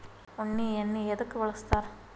ಉಣ್ಣಿ ಎಣ್ಣಿ ಎದ್ಕ ಬಳಸ್ತಾರ್?